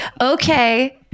Okay